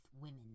women